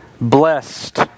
blessed